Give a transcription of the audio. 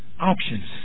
options